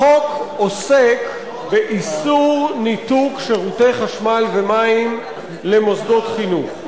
החוק עוסק באיסור ניתוק שירותי חשמל ומים למוסדות חינוך.